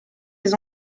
des